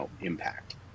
impact